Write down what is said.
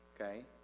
Okay